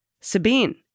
Sabine